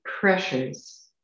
pressures